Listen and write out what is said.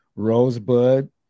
Rosebud